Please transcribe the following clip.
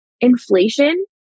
inflation